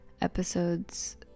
episodes